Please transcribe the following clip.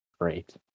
great